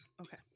Okay